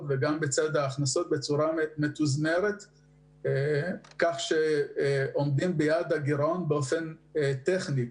וגם בצד ההכנסות בצורה מתוזמרת כך שעומדים ביעד הגירעון באופן טכני.